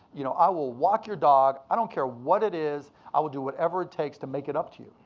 you know i will walk your dog. i don't care what it is, i will do whatever it takes to make it up to you.